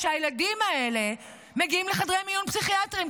זה שהילדים האלה מגיעים לחדרי מיון פסיכיאטריים,